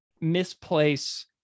misplace